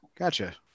Gotcha